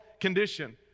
condition